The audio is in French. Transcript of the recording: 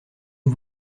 que